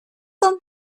ton